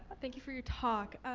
thank you for your talk.